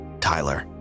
Tyler